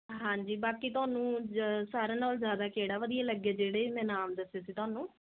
ਹਾਂਜੀ ਬਾਕੀ ਤੁਹਾਨੂੰ ਜ ਸਾਰਿਆਂ ਨਾਲੋਂ ਜ਼ਿਆਦਾ ਕਿਹੜਾ ਵਧੀਆ ਲੱਗੇ ਜਿਹੜੇ ਵੀ ਮੈਂ ਨਾਮ ਦੱਸੇ ਸੀ ਤੁਹਾਨੂੰ